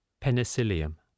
Penicillium